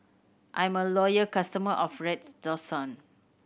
I'm a loyal customer of Redoxon